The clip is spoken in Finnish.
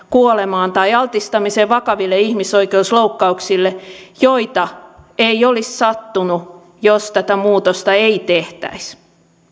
kuolemaan tai altistamiseen vakaville ihmisoikeusloukkauksille joita ei olisi sattunut jos tätä muutosta ei tehtäisi